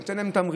לתת להם תמריצים,